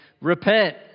repent